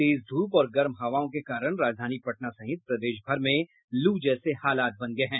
तेज धूप और गर्म हवाओं के कारण राजधानी पटना सहित प्रदेश भर में लू जैसे हालात बन गये हैं